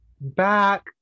back